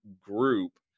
group